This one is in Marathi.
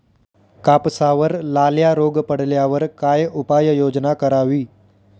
कापसावर लाल्या रोग पडल्यावर काय उपाययोजना करावी?